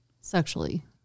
sexually